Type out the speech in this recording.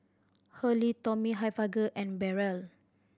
Hurley Tommy Hilfiger and Barrel